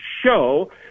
show